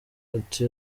ati